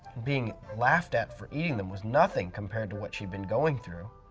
being laughed at for eating them was nothing compared to what she'd been going through.